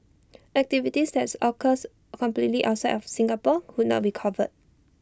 activities that occurs completely outside of Singapore would not be covered